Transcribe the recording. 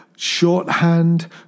shorthand